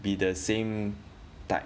be the same type